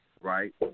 right